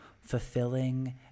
fulfilling